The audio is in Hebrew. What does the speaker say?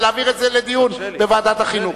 ולהעביר את זה לדיון בוועדת החינוך.